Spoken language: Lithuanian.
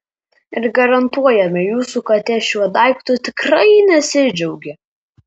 ir garantuojame jūsų katė šiuo daiktu tikrai nesidžiaugė